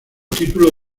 título